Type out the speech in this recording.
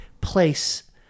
place